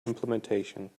implementation